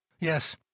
Yes